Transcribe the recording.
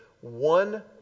one